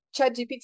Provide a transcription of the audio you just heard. ChatGPT